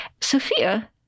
Sophia